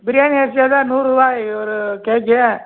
பிரியாணி அரிசி வந்து நூறுபாய் ஒரு கேஜி